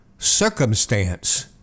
circumstance